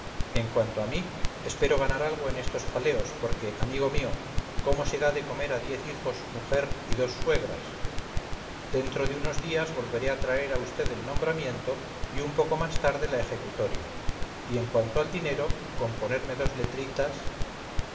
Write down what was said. en cuanto a mí espero ganar algo en estos jaleos porque amigo mío cómo se da de comer a diez hijos mujer y dos suegras dentro de unos días volveré a traer a usted el nombramiento y un poco más tarde la ejecutoria y en cuanto al dinero con ponerme dos letritas